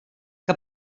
que